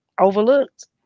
overlooked